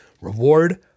Reward